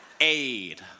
Aid